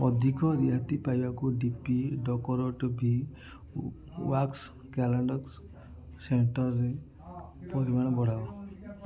ଅଧିକ ରିହାତି ପାଇବାକୁ ଡି ପି ଡକୋରଟି ଭି ଉ ୱାକ୍ସ୍ କ୍ୟାଲଡ଼କସ୍ ସେଣ୍ଟର୍ରେ ପରିମାଣ ବଢ଼ାଅ